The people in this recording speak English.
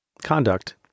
conduct